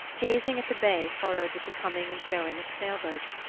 gazing at the bay furrowed with the coming and going of sailboats,